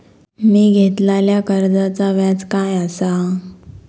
मी घेतलाल्या कर्जाचा व्याज काय आसा?